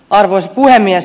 arvoisa puhemies